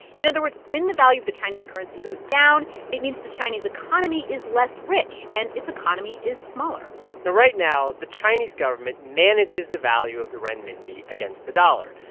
in other words, when the value of the chinese currency goes down, it means the chinese economy is less rich and its economy is smaller now, right now, the chinese government manages the value of the renminbi against the dollar.